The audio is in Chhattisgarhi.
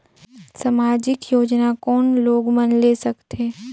समाजिक योजना कोन लोग मन ले सकथे?